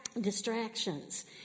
Distractions